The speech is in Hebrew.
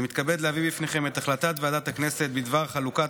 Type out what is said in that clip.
אני מתכבד להביא בפניכם את החלטת ועדת הכנסת בדבר חלוקת